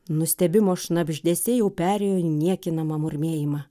nustebimo šnabždesiai jau perėjo į niekinamą murmėjimą